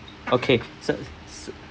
okay